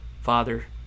Father